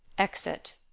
exit